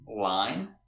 line